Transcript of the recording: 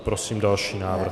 Prosím další návrh.